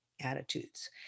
attitudes